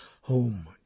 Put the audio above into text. home